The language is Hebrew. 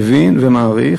מבין ומעריך,